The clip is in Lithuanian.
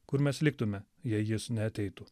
kur mes liktume jei jis neateitų